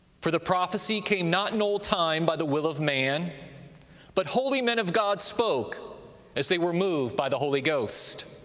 for the prophecy came not in old time by the will of man but holy men of god spoke as they were moved by the holy ghost.